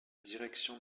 direction